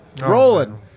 rolling